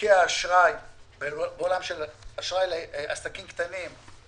מתיקי האשראי בעולם של אשראי לעסקים קטנים,